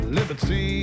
Liberty